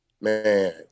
Man